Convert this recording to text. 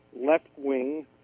left-wing